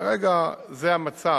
כרגע זה המצב.